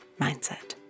mindset